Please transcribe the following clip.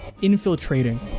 infiltrating